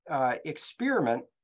experiment